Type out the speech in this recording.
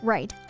Right